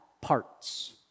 parts